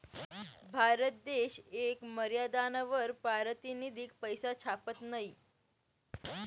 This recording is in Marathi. भारत देश येक मर्यादानावर पारतिनिधिक पैसा छापत नयी